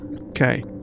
Okay